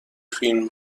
فیلم